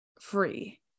free